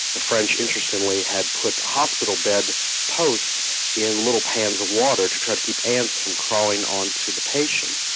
the french interestingly, had put hospital bed posts in little pans of water to try to keep ants from crawling on to the patients.